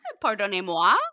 pardonnez-moi